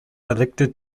elected